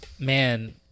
Man